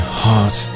heart